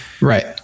right